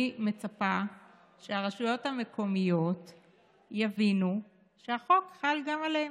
אני מצפה שהרשויות המקומיות יבינו שהחוק חל גם עליהן.